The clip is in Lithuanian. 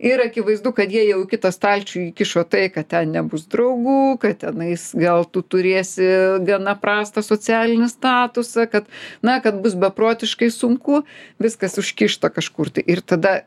ir akivaizdu kad jie jau į kitą stalčių įkišo tai kad ten nebus draugų kad tenais gal tu turėsi gana prastą socialinį statusą kad na kad bus beprotiškai sunku viskas užkišta kažkur tai ir tada